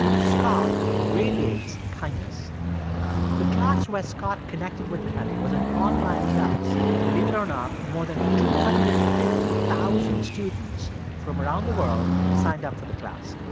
scott radiates kindness the class where scott connected with kellie was an online class. believe it or not, more than two hundred and fifty thousand students from around the world signed up for the class.